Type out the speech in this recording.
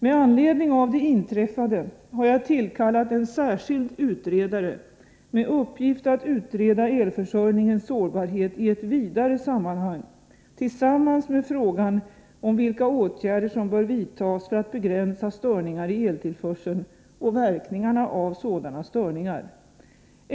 Med anledning av det inträffade har jag tillkallat en särskild utredare med uppgift att utreda elförsörjningens sårbarhet i ett vidare sammanhang tillsammans med frågan om vilka åtgärder som bör vidtas för att begränsa störningar i eltillförseln och verkningarna av sådana störningar.